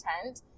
content